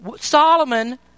Solomon